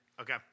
okay